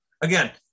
Again